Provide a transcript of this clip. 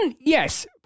yes